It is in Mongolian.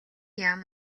яам